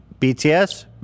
BTS